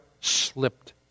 slipped